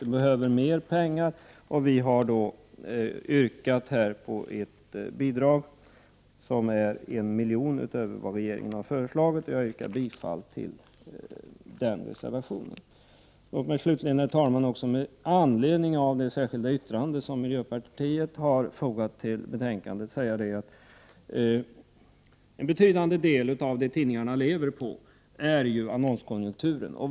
Det behövs mer pengar, och vi har yrkat på ett bidrag som är 1 milj.kr. större än det som regeringen har föreslagit, och jag yrkar bifall till reservation 5. Låt mig slutligen, herr talman, med anledning av det särskilda yttrande som miljöpartiet har fogat till betänkandet säga att en betydande del av det tidningarna lever på utgörs av annonsinkomsterna.